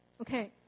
Okay